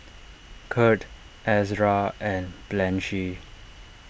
Kurt Ezra and Blanchie